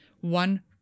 One